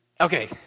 Okay